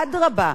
אדרבה,